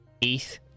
ETH